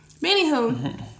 Anywho